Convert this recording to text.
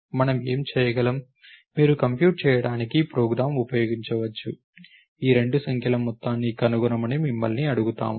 మనము ఏమి చేయగలము మీరు కంప్యూట్ చేయడానికి ప్రోగ్రామ్ ఉపయోగించవచ్చు ఈ రెండు సంఖ్యల మొత్తాన్ని కనుగొనమని మిమ్మల్ని అడుగుతాము